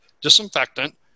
disinfectant